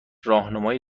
راهنمای